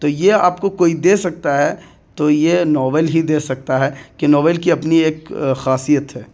تو یہ آپ کو کوئی دے سکتا ہے تو یہ ناول ہی دے سکتا ہے کہ ناول کی اپنی ایک خاصیت ہے